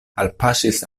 alpaŝis